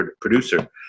producer